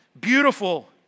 beautiful